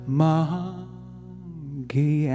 monkey